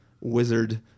wizard